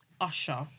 Usher